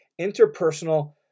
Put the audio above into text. interpersonal